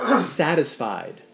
satisfied